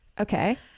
okay